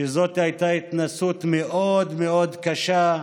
שזאת הייתה התנסות מאוד מאוד קשה,